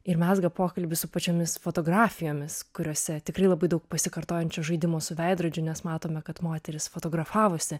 ir mezga pokalbį su pačiomis fotografijomis kuriose tikrai labai daug pasikartojančio žaidimo su veidrodžiu nes matome kad moterys fotografavosi